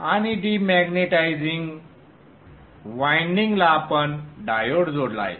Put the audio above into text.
आणि डिमॅग्नेटिझिंग संदर्भ वेळ 0955 वायंडिंग ला आपण डायोड जोडला आहे